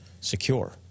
secure